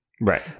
Right